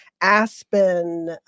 aspen